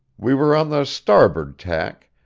we were on the starboard tack,